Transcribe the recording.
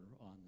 on